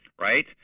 right